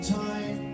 time